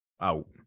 Out